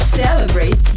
celebrate